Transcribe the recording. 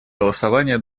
голосования